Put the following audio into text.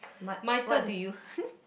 but what do you